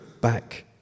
back